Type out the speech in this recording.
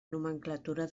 nomenclatura